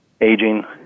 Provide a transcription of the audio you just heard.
aging